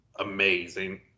amazing